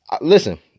listen